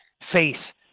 face